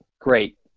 great